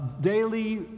daily